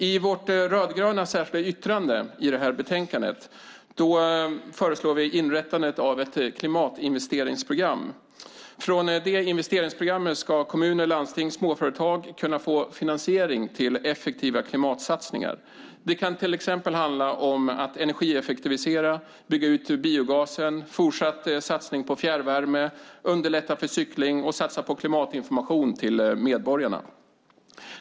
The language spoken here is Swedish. I vårt rödgröna särskilda yttrande i detta betänkande föreslår vi inrättandet av ett klimatinvesteringsprogram. Från detta investeringsprogram ska kommuner, landsting och småföretag kunna få finansiering till effektiva klimatsatsningar. Det kan till exempel handla om att energieffektivisera och att bygga ut biogasen, en fortsatt satsning på fjärrvärme, att underlätta för cykling och satsa på klimatinformation till medborgarna.